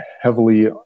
heavily